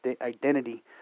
identity